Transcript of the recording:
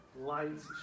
lights